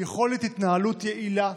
התנהלות יעילה,